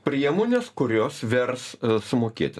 priemonės kurios vers sumokėti